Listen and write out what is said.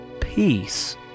peace